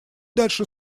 дальше